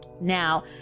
Now